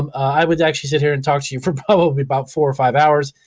um i would actually sit here and talk to you for probably about four or five hours.